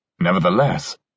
Nevertheless